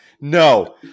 No